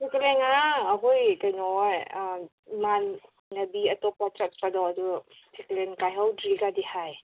ꯁꯦꯀꯦꯟꯍꯦꯟ ꯉꯔꯥꯡ ꯑꯩꯈꯣꯏ ꯀꯩꯅꯣꯍꯣꯏ ꯏꯃꯥꯟꯅꯕꯤ ꯑꯇꯣꯞꯄ ꯆꯠꯄꯗꯣ ꯑꯗꯨ ꯁꯦꯀꯦꯟꯍꯦꯟ ꯀꯥꯏꯍꯧꯗ꯭ꯔꯤ ꯀꯥꯏꯗꯤ ꯍꯥꯏ